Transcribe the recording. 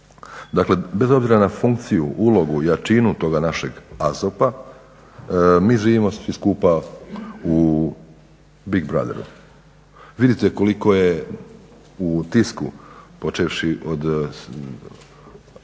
Dakle bez obzira na funkciju, ulogu, jačinu toga našeg AZOP-a, mi živimo svi skupa u Big Brotheru. Vidite koliko je u tisku, počevši od